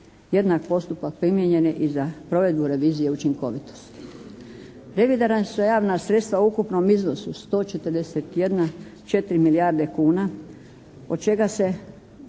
Jednak postupak primijenjen je i za promjenu revizije učinkovitosti. Revidirana su javna sredstva u ukupnom iznosu sto četrdeset i jedna četiri